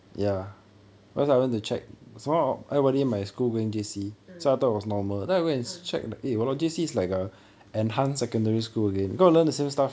ah ah